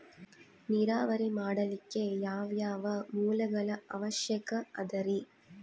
ನೇರಾವರಿ ಮಾಡಲಿಕ್ಕೆ ಯಾವ್ಯಾವ ಮೂಲಗಳ ಅವಶ್ಯಕ ಅದರಿ?